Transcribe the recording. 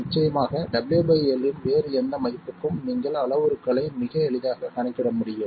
நிச்சயமாக W L இன் வேறு எந்த மதிப்புக்கும் நீங்கள் அளவுருக்களை மிக எளிதாக கணக்கிட முடியும்